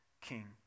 king